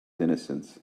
innocence